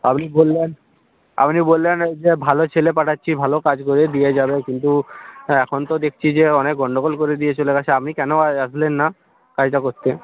আপনি বললেন আপনি বললেন যে ভালো ছেলে পাঠাচ্ছি ভালো কাজ করে দিয়ে যাবে কিন্তু হ্যাঁ এখন তো দেখছি যে অনেক গণ্ডগোল করে দিয়ে চলে গেছে আপনি কেন আসলেন না কাজটা করতে